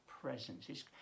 presence